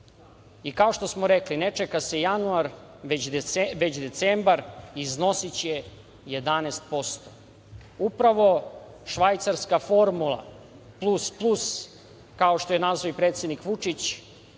i, kao što smo rekli, ne čeka se januar, već decembar i iznosiće 11%. Upravo švajcarska formula, plus, plus, kao što je nazvao i predsednik Vučić,